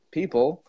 people